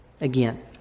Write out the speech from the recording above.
again